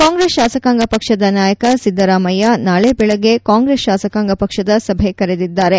ಕಾಂಗ್ರೆಸ್ ಶಾಸಕಾಂಗ ಪಕ್ಷದ ನಾಯಕ ಸಿದ್ದರಾಮಯ್ಯ ನಾಳೆ ಬೆಳಗ್ಗೆ ಕಾಂಗ್ರೆಸ್ ಶಾಸಕಾಂಗ ಪಕ್ಷದ ಸಭೆ ಕರೆದಿದ್ದಾರೆ